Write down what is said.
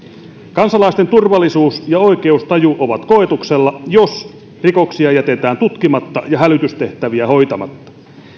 kansalaisten turvallisuus ja oikeustaju ovat koetuksella jos rikoksia jätetään tutkimatta ja hälytystehtäviä hoitamatta